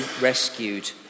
rescued